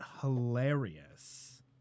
hilarious